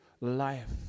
life